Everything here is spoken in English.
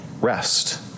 rest